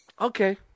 Okay